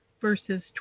verses